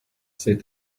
said